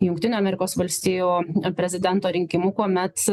jungtinių amerikos valstijų prezidento rinkimų kuomet